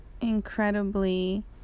incredibly